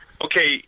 okay